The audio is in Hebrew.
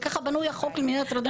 וככה בנוי החוק למניעת הטרדה מינית.